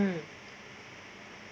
mm